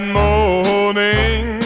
morning